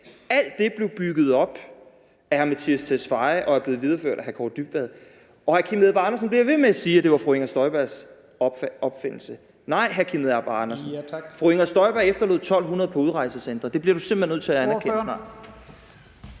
Alt det blev bygget op af hr. Mattias Tesfaye og er blevet videreført af hr. Kaare Dybvad Bek. Hr. Kim Edberg Andersen bliver ved med at sige, at det var fru Inger Støjbergs opfindelse. Nej, hr. Kim Edberg Andersen, fru Inger Støjberg efterlod 1.200 på udrejsecentre. Det bliver du simpelt hen nødt til snart at anerkende.